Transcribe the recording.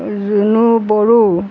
Junu Bodo